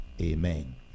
Amen